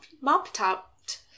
mop-topped